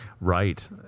Right